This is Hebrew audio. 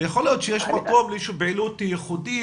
יכול להיות שיש מקום לאיזו שהיא פעילות ייחודית,